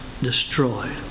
destroyed